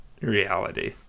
reality